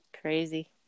crazy